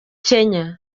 kenya